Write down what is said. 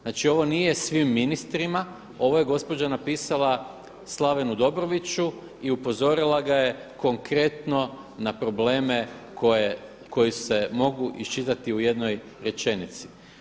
Znači ovo nije svim ministrima, ovo je gospođa napisala Slavenu Dobroviću i upozorila ga je konkretno na probleme koji se mogu iščitati u jednoj rečenici.